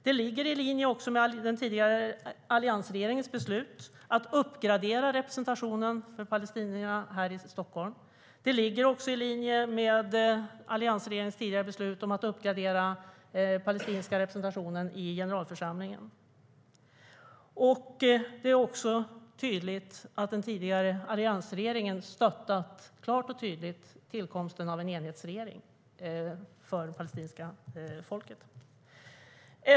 Det ligger också i linje med den tidigare alliansregeringens beslut att uppgradera representationen för palestinierna här i Stockholm, och det ligger i linje med alliansregeringens beslut att uppgradera den palestinska representationen i generalförsamlingen. Den tidigare alliansregeringen har också klart och tydligt stöttat tillkomsten av en enhetsregering för det palestinska folket.